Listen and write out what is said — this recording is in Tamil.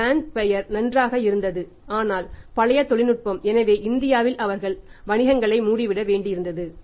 பிராண்ட் பெயர் நன்றாக இருந்தது ஆனால் பழைய தொழில்நுட்பம் எனவே இந்தியாவில் அவர்கள் வணிகங்களை மூடிவிட வேண்டியிருந்தது